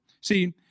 See